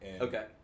Okay